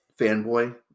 Fanboy